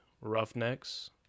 Roughnecks